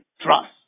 trust